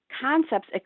concepts